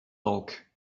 bulk